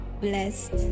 blessed